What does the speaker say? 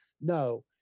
No